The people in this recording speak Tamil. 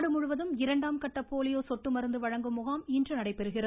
நாடு முழுவதும் இரண்டாம் கட்ட போலியோ சொட்டு மருந்து வழங்கும் முகாம் இன்று நடைபெறுகிறது